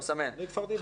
אני כבר דיברתי.